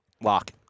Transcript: lock